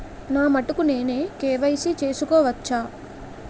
నా మటుకు నేనే కే.వై.సీ చేసుకోవచ్చా?